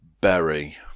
berry